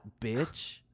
bitch